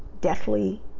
deathly